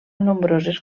nombroses